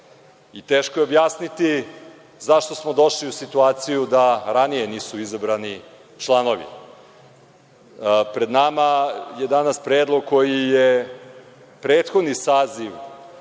Teško je objasniti zašto smo došli u situaciju da ranije nisu izabrani članovi. Pred nama je danas predlog koji je prethodni saziv,